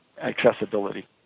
accessibility